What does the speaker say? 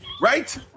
right